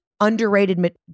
underrated